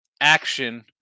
action